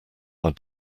are